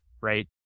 right